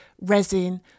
resin